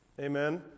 Amen